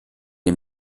dem